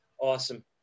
Awesome